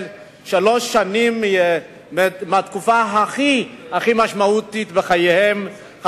שלוש שנים בתקופה הכי הכי משמעותית בחייהם,